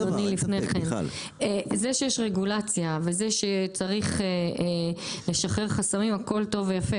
מיכל --- זה שיש רגולציה וזה שצריך לשחרר חסמים הכול טוב ויפה,